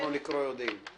לקרוא את זה אנחנו יודעים.